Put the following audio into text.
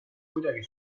kuidagi